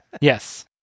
Yes